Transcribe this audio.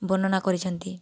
ବର୍ଣ୍ଣନା କରିଛନ୍ତି